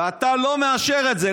ואתה לא מאשר את זה,